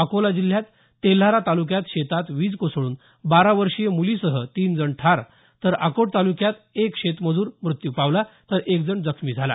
अकोला जिल्ह्यात तेल्हारा तालुक्यात शेतात वीज कोसळून बारा वर्षीय मुलीसह तीन जण ठार तर अकोट तालुक्यात एक शेतमज्र मृत्यू पावला तर एक जण जखमी झाला